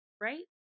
right